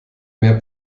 mehr